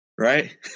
right